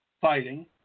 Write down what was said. fighting